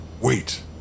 Wait